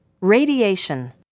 Radiation